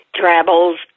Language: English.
travels